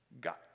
God